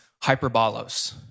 hyperbolos